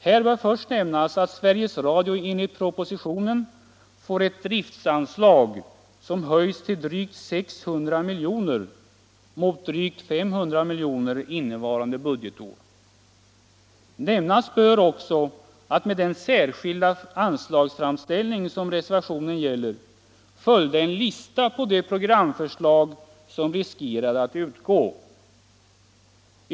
Här bör först nämnas att Sveriges radio enligt propositionen får ett driftsanslag som höjs till drygt 600 miljoner mot drygt 500 miljoner innevarande budgetår. Nämnas bör också att med den särskilda anslagsframställning som reservationen gäller följde en lista på de programförslag som riskerade att utgå.